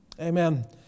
Amen